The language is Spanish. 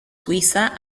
suiza